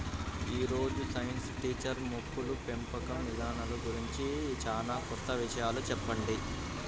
యీ రోజు science teacher మొక్కల పెంపకం ఇదానాల గురించి చానా కొత్త విషయాలు చెప్పింది